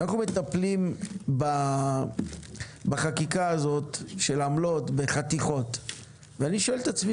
אנחנו מטפלים בחקיקה הזאת של עמלות בחתיכות ואני שואל את עצמו